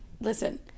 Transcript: listen